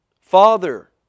Father